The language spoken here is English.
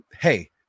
hey